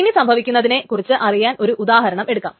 ഇനി സംഭവിക്കുന്നതിനെ കുറിച്ച് അറിയാൻ ഒരു ഉദാഹരണം എടുക്കാം